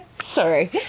Sorry